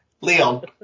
leon